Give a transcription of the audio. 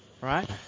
right